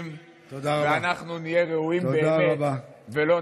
והלוואי שהיא